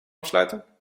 afsluiten